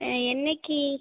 ஆ என்னைக்கு